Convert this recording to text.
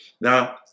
Now